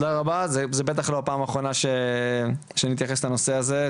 זו בטח לא הפעם האחרונה שנתייחס לנושא הזה.